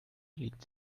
liegt